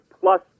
plus